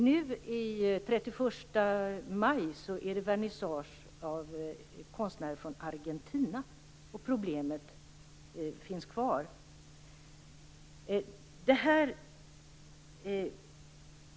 Den 31 maj är det vernissage med konstnärer från Argentina, och nämnda problem finns kvar.